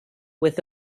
with